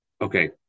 Okay